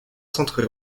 centres